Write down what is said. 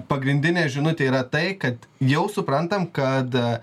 pagrindinė žinutė yra tai kad jau suprantam kad